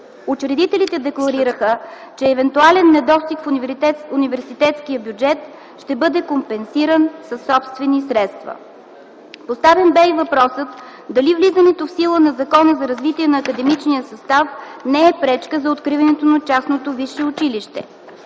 Учредителите декларираха, че евентуален недостиг на университетския бюджет ще бъде компенсиран със собствени средства. Поставен бе и въпросът дали влизането в сила на Закона за развитие на академичния състав не е пречка за откриването на частното висше училище.